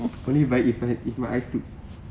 only if I if my eyes loop